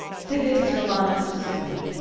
civis romanus sum.